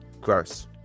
Gross